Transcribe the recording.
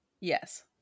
Yes